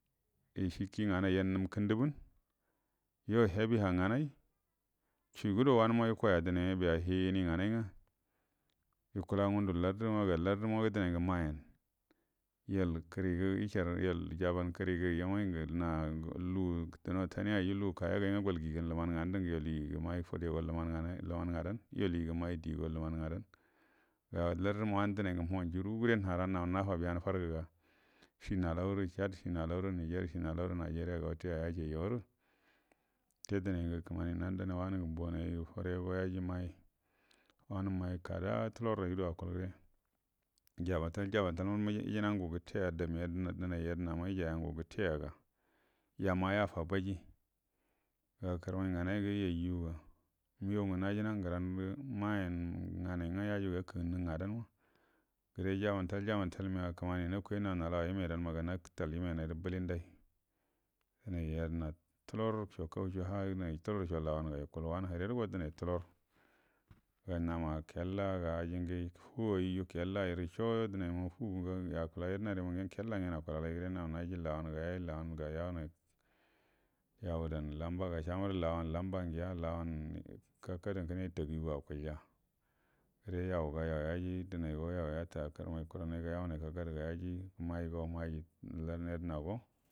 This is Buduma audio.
Ish ki nganan yan num kudubunə yo hibi ha nganai chui gudo wannma ikaya dine biya ln ini nganai nga yukula ngundu lack maga lack mago dinai ngu mayanə yol kənigu ishar yo kəmigu yaman gu jaban kirigu yaman ngu lugu duno tani yayi nga yol idan luman lugu kayaguya yinga gol gigan luman nganu dingu igu man fudəe go luman ngadan yol ifu mai digo luman ngadan ga lartuma wanu dunai ngu mon jurure nara nau nafabeyanu famu shi nalauru chad shi ndaura niger shi ndauru nigeria ga wute yan yajai yaru ute ohlie kuma nandanai wanungu mbonai hirego yaja nai wanu wai kada tuloraido akuluge jabatal-jabatal ma ijima ngu gutena dam ya dəna ma dina yedənama ijaya ngu guteya ga yama yafabiji ga kurmai ngane yajuga wingau najina ngurandu mayan nganai nga yajugu yaku gannu ngadan ma gure jamantal jamantal mega kumani naka nau nalawa im edan maga natal imenarru bulindai dunai yedena tularcho ha kaucho ha dunai tulartcho lawanga yukull wanu hirerudo dunai tuler nama kella ajingu fu wairu kellai ma cho dunaima fa ma ngu ngu akula ye dənarima ngen kella ngen akulalaire nan naji lawan ga yaji lawan ga yawunai yawu dan lambaga shamaru lawan lamba ugiya lawan kakadu ngu kune itagu yufu akulya re yanga yan yaji dunaigo yanga yata kurmai kuranai kuranaiga yawunai kakaduga yaji ma igo mai gargam yadənago.